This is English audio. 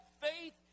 faith